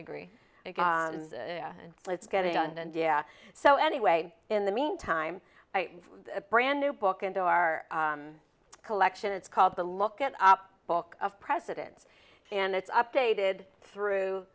agree and let's get it done and yeah so anyway in the meantime a brand new book into our collection it's called the look at op book of presidents and it's updated through